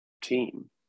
team